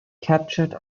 captured